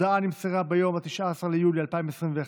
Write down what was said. תחזור לדיון בוועדת הכספים של הכנסת.